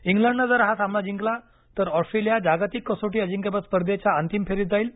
इंग्लंडनं जर हा सामना जिंकला तर ऑस्ट्रेलिया जागतिक कसोटी अजिंक्यपद स्पर्धेच्या अंतिम फेरीत जाईल